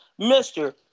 Mr